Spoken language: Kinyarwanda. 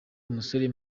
umusore